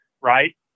right